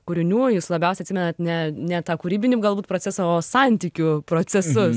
kūrinių jūs labiausiai atsimenat ne ne tą kūrybinį galbūt procesą o santykių procesus